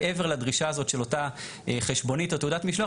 מעבר לדרישה הזאת של אותה חשבונית או תעודת משלוח